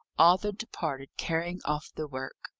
arthur departed carrying off the work.